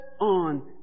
on